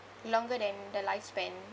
longer than the lifespan